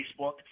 Facebook